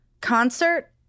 Concert